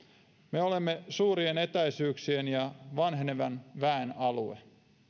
me olemme suurien etäisyyksien ja vanhenevan väen alue